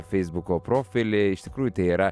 feisbuko profilį iš tikrųjų tai yra